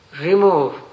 remove